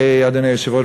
אדוני היושב-ראש,